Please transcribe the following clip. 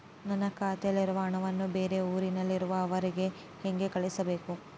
ನನ್ನ ಖಾತೆಯಲ್ಲಿರುವ ಹಣವನ್ನು ಬೇರೆ ಊರಿನಲ್ಲಿರುವ ಅವರಿಗೆ ಹೇಗೆ ಕಳಿಸಬೇಕು?